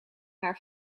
haar